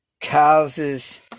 causes